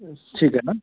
ठीक आहे ना